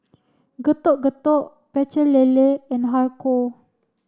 Getuk Getuk Pecel Lele and Har Kow